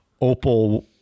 Opal